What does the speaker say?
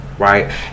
Right